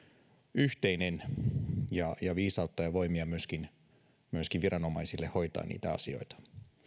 yhteinen viisautta ja voimia myöskin myöskin viranomaisille hoitaa niitä asioita